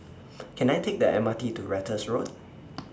Can I Take The M R T to Ratus Road